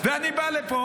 אני בא לפה